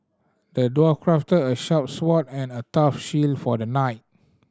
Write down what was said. the dwarf crafted a sharp sword and a tough shield for the knight